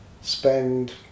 spend